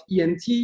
ENT